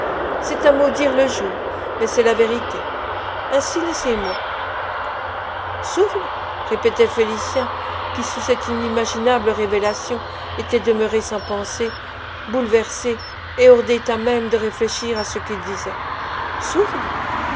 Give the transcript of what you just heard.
c'est à maudire le jour mais c'est la vérité ainsi laissez-moi sourde répétait félicien qui sous cette inimaginable révélation était demeuré sans pensée bouleversé et hors d'état même de réfléchir à ce qu'il disait sourde